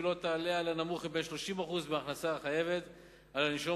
לא תעלה על הנמוך מבין 30% מההכנסה החייבת של הנישום